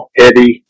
heavy